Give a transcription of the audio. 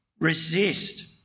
resist